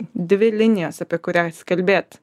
dvi linijos apie kurias kalbėt